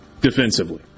defensively